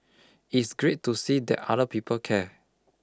it's great to see that other people care